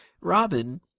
Robin